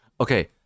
Okay